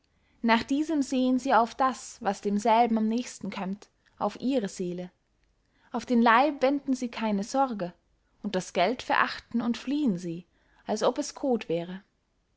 nach diesem sehen sie auf das was demselben am nächsten kömmt auf ihre seele auf den leib wenden sie keine sorge und das geld verachten und fliehen sie als ob es koth wäre